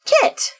Kit